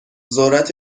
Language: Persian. ذرت